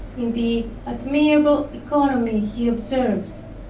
in the admirable economy he observes,